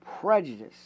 prejudice